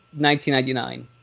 1999